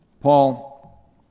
Paul